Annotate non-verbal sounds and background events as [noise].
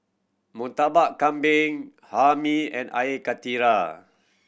Murtabak Kambing Hae Mee and [unintelligible] karthira